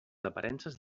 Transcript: aparences